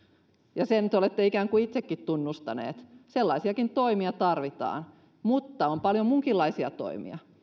ja sen te olette ikään kuin itsekin tunnustaneet sellaisiakin toimia tarvitaan mutta on paljon muunkinlaisia toimia